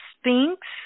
Sphinx